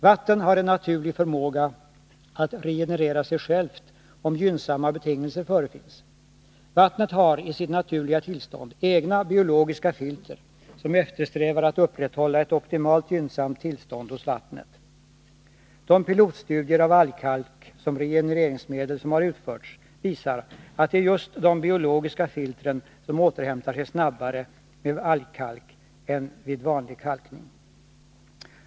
Vatten har en naturlig förmåga att regenerera sig självt, om gynnsamma betingelser förefinns. Vattnet har i sitt naturliga tillstånd egna biologiska filter, som eftersträvar att upprätthålla ett optimalt gynnsamt tillstånd hos vattnet. De pilotstudier av algkalk som regenereringsmedel som har utförts visar att det är just de biologiska filtren som återhämtar sig snabbare med algkalk än vid vanlig kalkning.